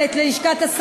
ביקשתי את הפרוטוקולים.